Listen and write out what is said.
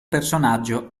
personaggio